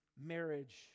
marriage